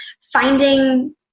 Finding